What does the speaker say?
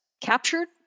captured